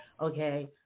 okay